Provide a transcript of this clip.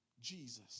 Jesus